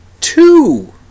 two